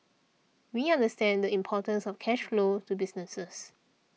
we understand the importance of cash flow to businesses